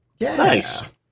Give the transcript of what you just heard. Nice